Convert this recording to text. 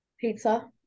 Pizza